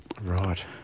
Right